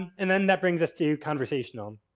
and then that brings us to conversational.